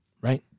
Right